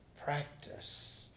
Practice